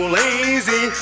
lazy